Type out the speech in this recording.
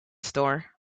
store